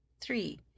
Three